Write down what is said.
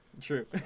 True